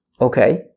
Okay